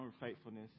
unfaithfulness